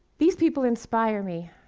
these people inspire me,